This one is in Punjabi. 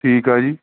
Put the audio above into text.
ਠੀਕ ਆ ਜੀ